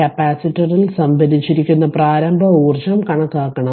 കപ്പാസിറ്ററിൽ സംഭരിച്ചിരിക്കുന്ന പ്രാരംഭ ഊർജ്ജം കണക്കാക്കണം